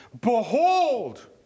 behold